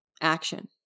action